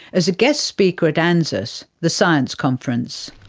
as a guest speaker at anzaas, the science conference.